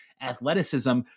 athleticism